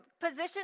position